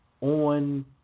on